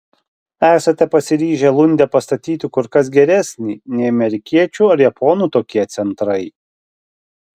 esate pasiryžę lunde pastatyti kur kas geresnį nei amerikiečių ar japonų tokie centrai